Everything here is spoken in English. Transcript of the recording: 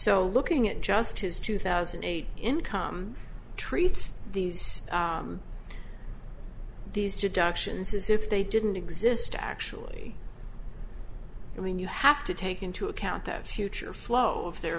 so looking at just his two thousand and eight in come treats these these deductions as if they didn't exist actually i mean you have to take into account that future flow of their